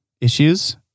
issues